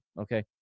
okay